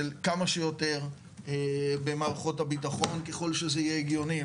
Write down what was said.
כמה שיותר במערכות הביטחון ככל שזה יהיה הגיוני,